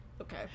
Okay